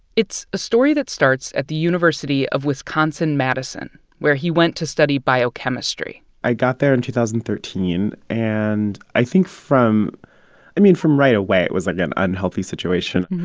it's a story that starts at the university of wisconsin madison, where he went to study biochemistry i got there in two thousand and thirteen. and i think from i mean, from right away, it was, like, an unhealthy situation